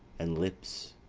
and, lips,